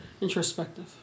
introspective